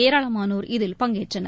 ஏராளமானோர் இதில் பங்கேற்றனர்